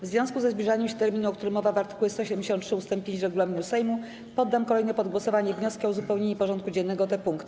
W związku ze zbliżaniem się terminu, o którym mowa w art. 173 ust. 5 regulaminu Sejmu, poddam kolejno pod głosowanie wnioski o uzupełnienie porządku dziennego o te punkty.